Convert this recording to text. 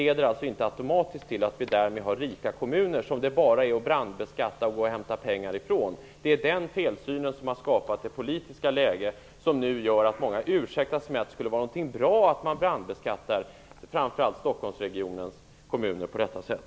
Men det leder inte automatiskt till att vi har rika kommuner som det bara är att brandbeskatta och hämta pengar ifrån. Det är den felsynen som har skapat det politiska läge som nu gör att många ursäktar sig med att det skulle vara någonting bra att man brandbeskattar framför allt Stockholmsregionens kommuner på detta sätt.